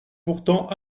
pourtant